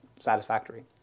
satisfactory